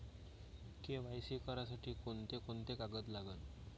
KYC करासाठी कोंते कोंते कागद लागन?